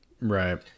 right